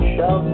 Show